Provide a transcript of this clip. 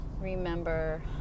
remember